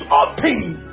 open